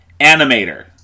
Animator